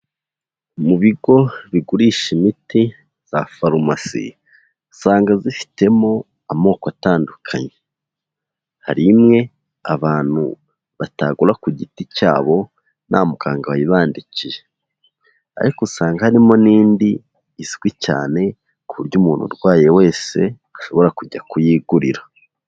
Mu bigo bigurisha imiti za farumasi, usanga zifitemo amoko atandukanye, hari imwe abantu batagura ku giti cyabo nta muganga wayibandikiye, ariko usanga harimo n'indi izwi cyane ku buryo umuntu urwaye wese ashobora kujya kuyigurira.